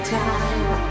time